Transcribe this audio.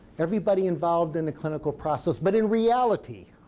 everybody involved in the clinical process. but in reality,